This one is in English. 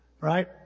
Right